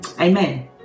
Amen